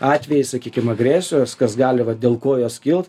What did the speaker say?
atvejai sakykim agresijos kas gali va dėl ko jos kilt